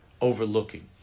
overlooking